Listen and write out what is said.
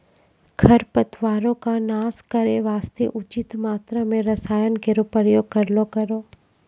खरपतवारो क नाश करै वास्ते उचित मात्रा म रसायन केरो प्रयोग करलो करो